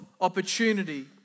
opportunity